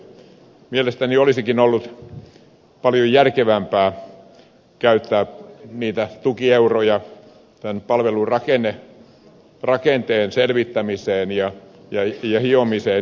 mielestäni olisikin ollut paljon järkevämpää käyttää niitä tukieuroja tämän palvelurakenteen selvittämiseen ja hiomiseen